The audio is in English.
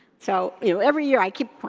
so, you know, every year i keep,